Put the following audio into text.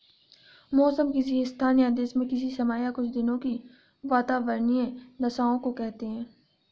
मौसम किसी स्थान या देश में किसी समय या कुछ दिनों की वातावार्नीय दशाओं को कहते हैं